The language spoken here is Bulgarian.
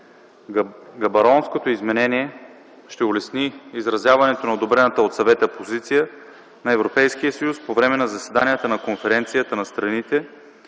Габоронското изменение ще улесни изразяването на одобрената от Съвета позиция на Европейския съюз по време на заседанията на Конференцията на страните